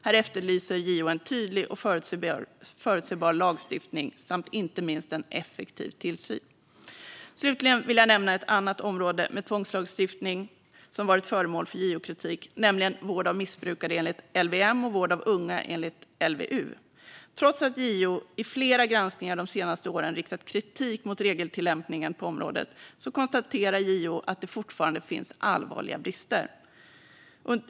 Här efterlyser JO en tydlig och förutsebar lagstiftning samt inte minst en effektiv tillsyn. Slutligen vill jag nämna ett annat område med tvångslagstiftning som varit föremål för JO-kritik, nämligen vård av missbrukare enligt LVM och vård av unga enligt LVU. Trots att JO i flera granskningar de senaste åren riktat kritik mot regeltillämpningen på området konstaterar JO att det fortfarande finns allvarliga brister.